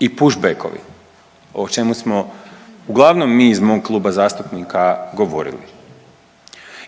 i push backovi, o čemu smo uglavnom mi iz mog kluba zastupnika govorili